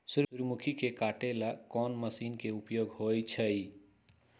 सूर्यमुखी के काटे ला कोंन मशीन के उपयोग होई छइ?